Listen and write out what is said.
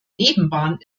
nebenbahn